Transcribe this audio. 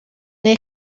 neu